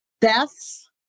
deaths